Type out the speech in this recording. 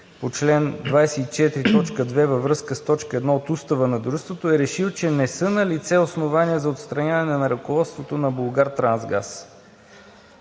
по чл. 24, т. 2, във връзка с т. 1 от Устава на дружеството е решил, че не са налице основания за отстраняване на ръководството на „Булгартрансгаз“.